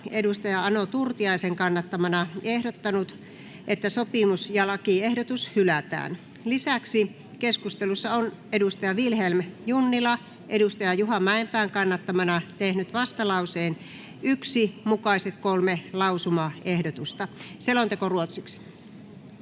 Essayah Ano Turtiaisen kannattamana ehdottanut, että sopimus ja lakiehdotus hylätään. Lisäksi keskustelussa on Vilhelm Junnila Juha Mäenpään kannattamana tehnyt vastalauseen 1 mukaiset kolme lausumaehdotusta. [Speech 2]